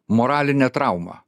moralinė trauma